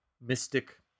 mystic